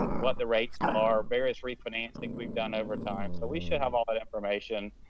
what the rates are various refinancings we've done over time, so we should have all that information,